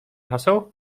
haseł